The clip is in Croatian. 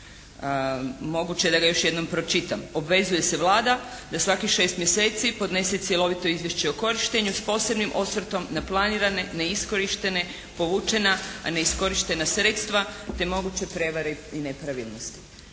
Moguće je da ga još jednom pročitam. Obvezuje se Vlada da svakih 6 mjeseci podnese cjelovito izvješće o korištenju s posebnim osvrtom na planirane, neiskorištene, povučena a neiskorištena sredstva te moguće prevare i nepravilnosti.